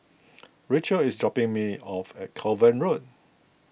Rocio is dropping me off at Kovan Road